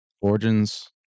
origins